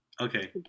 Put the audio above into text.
Okay